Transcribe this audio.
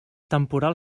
temporal